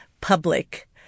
public